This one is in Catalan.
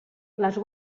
les